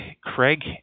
Craig